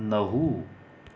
नऊ